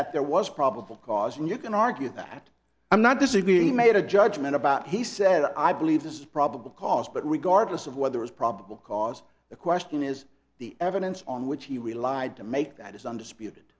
that there was probable cause and you can argue that i'm not this is being made a judgment about he said i believe this is probable cause but regardless of whether it's probable cause the question is the evidence on which he relied to make that is und